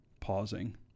pausing